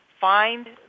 Find